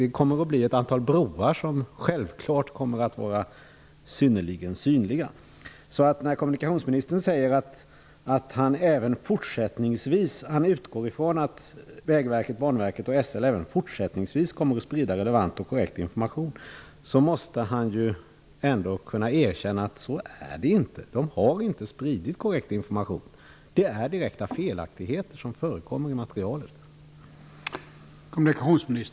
Det kommer att bli broar som självfallet kommer att vara synnerligen synliga. Kommunikationsministern sade att han utgår från att Vägverket, Banverket och SL även fortsättningsvis kommer att sprida relevant och korrekt information. Men han måste ändå kunna erkänna att de inte har spridit korrekt information. Direkta felaktigheter förekommer i materialet.